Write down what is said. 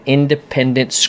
Independent